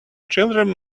children